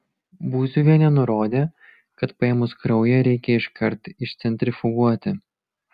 būziuvienė nurodė kad paėmus kraują reikia iškart išcentrifuguoti